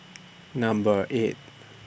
Number eight